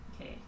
okay